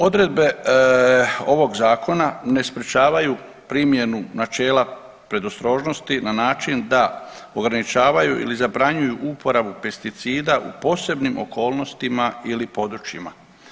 Odredbe ovog zakona ne sprječavaju primjenu načela predostrožnosti na način da ograničavaju ili zabranjuju uporabu pesticida u posebnim okolnostima ili područjima.